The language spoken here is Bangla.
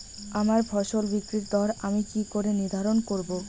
আমার ফসল বিক্রির দর আমি কি করে নির্ধারন করব?